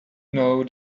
know